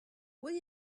will